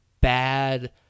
bad